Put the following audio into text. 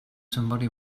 somebody